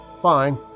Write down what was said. Fine